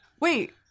Wait